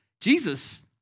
Jesus